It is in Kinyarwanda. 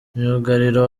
myugariro